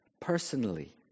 personally